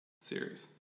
series